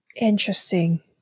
Interesting